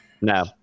no